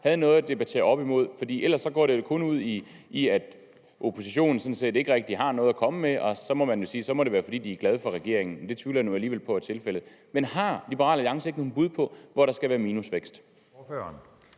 havde noget at debattere op imod, for ellers munder det jo kun ud i, at oppositionen sådan set ikke rigtig har noget at komme med. Man kan selvfølgelig sige, at det må være, fordi de er glade for regeringen, men det tvivler jeg nu alligevel på er tilfældet. Men har Liberal Alliance ikke nogen bud på, hvor der skal være minusvækst?